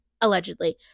Allegedly